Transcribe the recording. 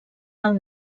del